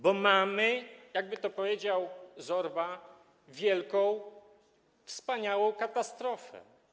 Bo mamy, jakby to powiedział Zorba, wielką, wspaniałą katastrofę.